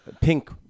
Pink